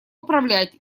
управлять